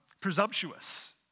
presumptuous